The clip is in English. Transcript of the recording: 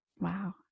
Wow